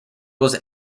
was